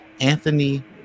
anthony